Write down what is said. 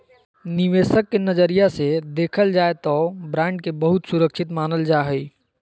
निवेशक के नजरिया से देखल जाय तौ बॉन्ड के बहुत सुरक्षित मानल जा हइ